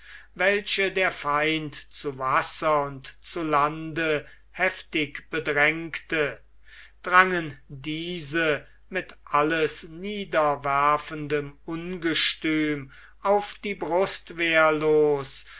welche der feind zu wasser und zu lande heftig bedrängte drangen diese mit alles niederwerfendem ungestüm auf die